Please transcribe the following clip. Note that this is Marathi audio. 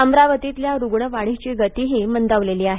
अमरावतीतल्या रुग्णवाढीची गतीही मंदावली आहे